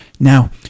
Now